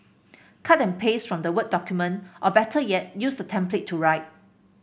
cut and paste from the word document or better yet use the template to write